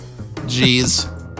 Jeez